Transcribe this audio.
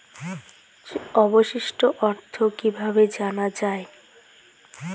অবশিষ্ট অর্থ কিভাবে জানা হয়?